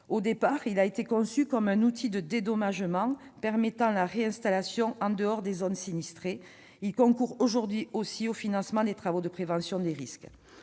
Au départ conçu comme un outil de dédommagement permettant la réinstallation en dehors des zones sinistrées, il concourt aujourd'hui au financement des travaux de prévention des risques.